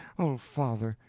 oh, father!